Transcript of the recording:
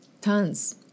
tons